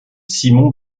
simon